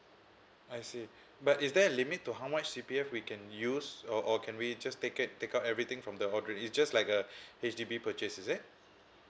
I see but is there a limit to how much C_P_F we can use or or can we just take it take out everything from the is just like a H_D_B purchase is it